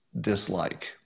dislike